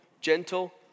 gentle